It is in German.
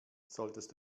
solltest